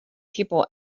people